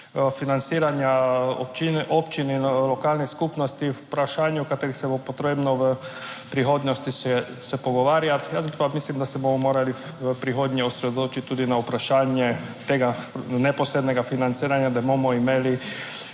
financiranja občin, občin in lokalnih skupnosti, o vprašanjih o katerih se bo potrebno v prihodnosti se pogovarjati. Jaz pa mislim, da se bomo morali v prihodnje osredotočiti tudi na vprašanje tega neposrednega financiranja, da bomo imeli